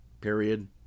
Period